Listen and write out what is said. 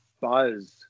buzz